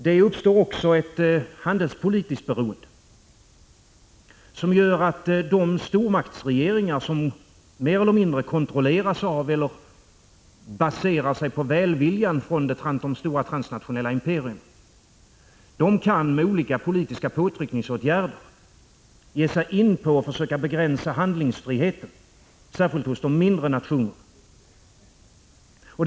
Det uppstår också ett handelspolitiskt beroende, som gör att de stormaktsregeringar som mer eller mindre kontrolleras av eller baserar sig på välviljan från de stora transnationella imperierna, med olika politiska påtryckningsåtgärder kan ge sig på att försöka begränsa handlingsfriheten särskilt hos de mindre nationerna.